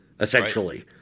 essentially